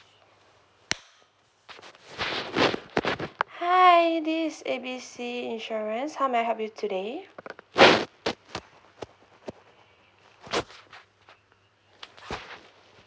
hi this is A B C insurance how may I help you today